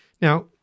Now